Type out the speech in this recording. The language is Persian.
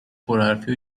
پرحرفی